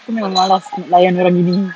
aku dah malas nak layan orang gini